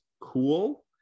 cool